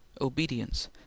obedience